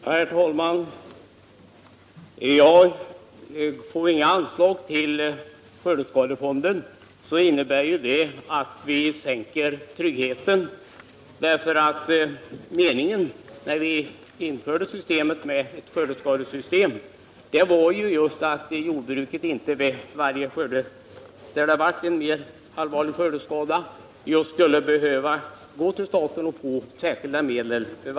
Herr talman! Ger vi inga anslag till skördeskadefonden innebär det att vi minskar tryggheten för jordbrukarna. När vi införde systemet med en skördeskadefond var meningen den att jordbruket inte vid varje allvarlig ' skördeskada skulle behöva gå till staten och få medel.